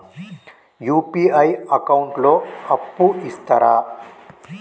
UPI account లో అప్పు ఇస్తరా?